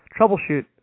troubleshoot